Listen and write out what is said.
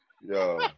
yo